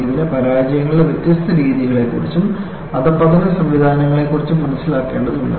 ഇതിന് പരാജയങ്ങളുടെ വ്യത്യസ്ത രീതികളെക്കുറിച്ചും അധപതന സംവിധാനങ്ങളെ കുറിച്ചും മനസ്സിലാക്കേണ്ടതുണ്ട്